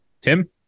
Tim